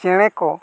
ᱪᱮᱬᱮ ᱠᱚ